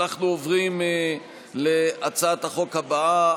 אנחנו עוברים להצעת החוק הבאה,